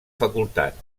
facultat